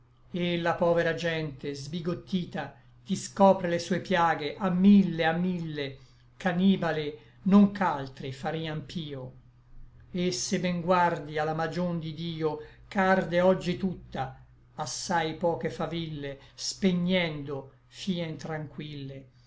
et la povera gente sbigottita ti scopre le sue piaghe a mille a mille ch'anibale non ch'altri farian pio et se ben guardi a la magion di dio ch'arde oggi tutta assai poche faville spegnendo fien tranquille